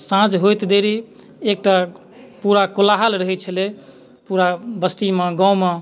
साँझ होइत देरी एकटा पूरा कोलाहल रहैत छलै पूरा बस्तीमे गाममे